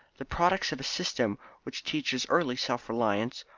the products of a system which teaches early self-reliance,